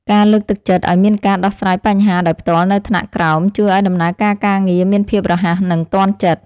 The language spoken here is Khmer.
ការលើកទឹកចិត្តឱ្យមានការដោះស្រាយបញ្ហាដោយផ្ទាល់នៅថ្នាក់ក្រោមជួយឱ្យដំណើរការការងារមានភាពរហ័សនិងទាន់ចិត្ត។